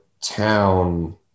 town